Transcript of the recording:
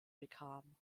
bekam